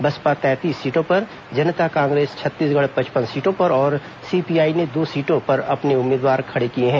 बसपा तैंतीस सीटों पर जनता कांग्रेस छत्तीसगढ़ पचपन सीटों पर और सीपीआई ने दो सीटों पर अपने उम्मीदवार खड़े किए हैं